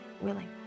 willing